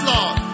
Lord